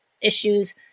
issues